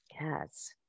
yes